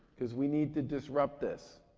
because we need to disrupt this.